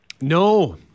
No